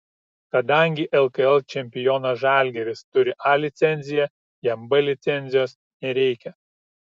kadangi lkl čempionas žalgiris turi a licenciją jam b licencijos nereikia